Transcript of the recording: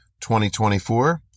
2024